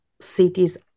cities